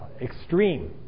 extreme